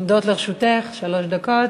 עומדות לרשותך שלוש דקות.